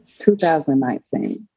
2019